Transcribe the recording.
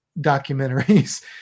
documentaries